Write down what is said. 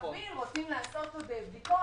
במקביל אם רוצים לערוך עוד בדיקות,